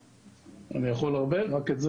האמירה הראשונה לגבי ערכות